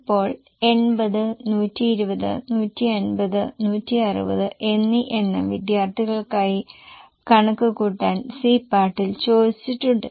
ഇപ്പോൾ 80 120 150 160 എന്നീ എണ്ണം വിദ്യാർഥികൾക്കായി കണക്ക് കൂട്ടാൻ c പാർട്ടിൽ ചോദിച്ചിട്ടുണ്ട്